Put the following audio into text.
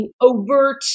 overt